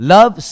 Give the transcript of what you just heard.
Love